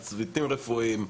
צוותים רפואיים,